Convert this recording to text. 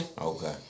okay